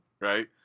right